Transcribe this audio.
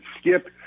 skip